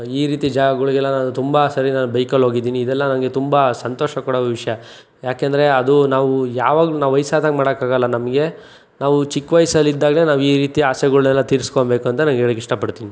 ಈ ರೀತಿ ಜಾಗಗಳಿಗೆಲ್ಲ ನಾನು ತುಂಬ ಸರಿ ನಾನು ಬೈಕಲ್ಲಿ ಹೋಗಿದ್ದೀನಿ ಇವೆಲ್ಲ ನನಗೆ ತುಂಬ ಸಂತೋಷ ಕೊಡುವ ವಿಷಯ ಏಕೆಂದರೆ ಅದು ನಾವು ಯಾವಾಗಲೂ ನಾವು ವಯಸ್ಸಾದಾಗ ಮಾಡೋಕ್ಕಾಗಲ್ಲ ನಮಗೆ ನಾವು ಚಿಕ್ಕ ವಯಸಲ್ಲಿದ್ದಾಗ ನಾವು ಈ ರೀತಿ ಆಸೆಗಳೆಲ್ಲ ತೀರಿಸ್ಕೋಬೇಕು ಅಂತ ನಾನು ಹೇಳೋಕ್ಕೆ ಇಷ್ಟಪಡ್ತೀನಿ